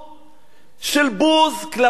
של בוז כלפי אדם